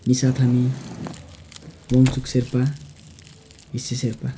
निशा थामी मौसुक सेर्पा हिसे सेर्पा